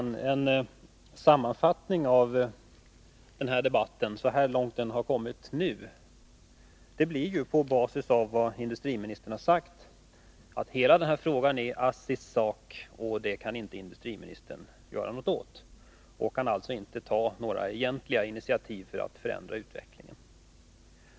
Herr talman! En sammanfattning av vad industriministern har sagt i den här debatten blir nu att hela den här frågan är ASSI:s sak, och den kan industriministern inte göra någonting åt. Han kan alltså inte ta några egentliga initiativ för att förändra utvecklingen.